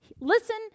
listen